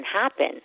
happen